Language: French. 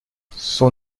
son